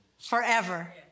forever